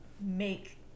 make